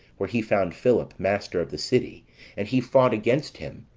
where he found philip master of the city and he fought against him,